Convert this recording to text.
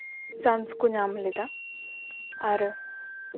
chance ᱠᱚ ᱧᱟᱢ ᱞᱮᱫᱟ ᱟᱨ